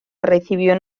recibió